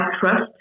Trust